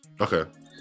Okay